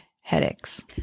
headaches